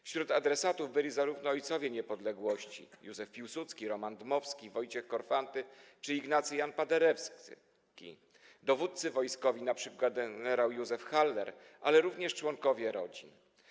Wśród adresatów byli zarówno ojcowie niepodległości, Józef Piłsudski, Roman Dmowski, Wojciech Korfanty czy Ignacy Jan Paderewski, dowódcy wojskowi, np. gen. Józef Haller, ale również członkowie rodzin.